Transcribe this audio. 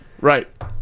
Right